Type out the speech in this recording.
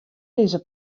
dizze